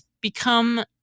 become